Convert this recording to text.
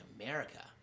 America